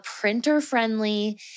printer-friendly